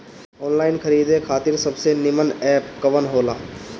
Online खरीदे खातिर सबसे नीमन एप कवन हो ला?